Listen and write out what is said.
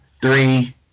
three